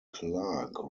clark